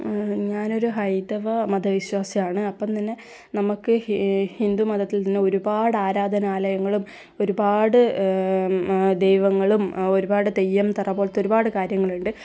ഞാൻ ഒരു ഹൈന്ദവ മതവിശ്വാസിയാണ് അപ്പം തന്നെ നമുക്ക് ഹിന്ദു മതത്തിൽ ഒരുപാട് ആരാധനാലയ്ങ്ങളും ഒരുപാട് ദൈവങ്ങളും ഒരുപാട് തെയ്യം തറ പോലത്തെ ഒരുപാട് കാര്യങ്ങളുണ്ട്